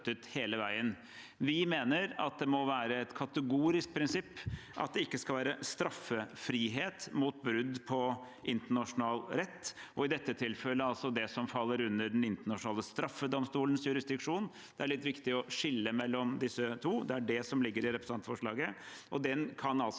Vi mener at det må være et kategorisk prinsipp at det ikke skal være straffrihet for brudd på internasjonal rett – og i dette tilfellet altså det som faller inn under Den internasjonale straffedomstolens jurisdiksjon. Det er viktig å skille mellom ICC og ICJ – det er det som ligger i representantforslaget.